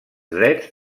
drets